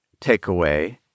takeaway